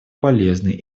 полезной